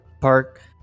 park